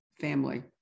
family